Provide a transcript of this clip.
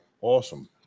Awesome